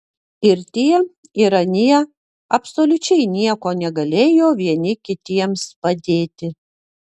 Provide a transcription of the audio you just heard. ir tie ir anie absoliučiai nieko negalėjo vieni kitiems padėti